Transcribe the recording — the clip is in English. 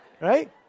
Right